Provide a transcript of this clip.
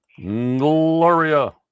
Gloria